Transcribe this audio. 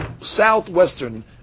southwestern